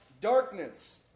darkness